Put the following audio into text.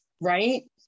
Right